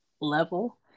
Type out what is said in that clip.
Level